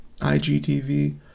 IGTV